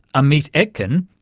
amit etkin,